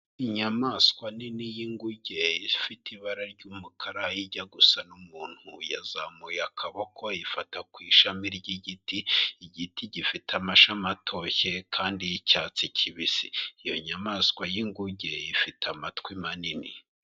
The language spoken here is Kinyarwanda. Inyamaswa nini y'inguge ifite ibara ry'umukara ijya gusa n'umuntu yazamuye akaboko yifata ku ishami ry'igiti, igiti gifite amashami atoshye kandi y'icyatsi kibisi, iyo nyamaswa y'inguge ifite amatwi manini.